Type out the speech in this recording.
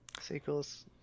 sequels